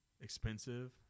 expensive